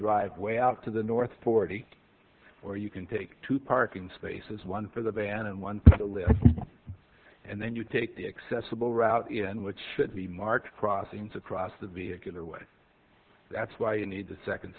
drive way out to the north forty or you can take two parking spaces one for the van and one to the list and then you take the accessible route in which should be marked crossings across the vehicle or way that's why you need the second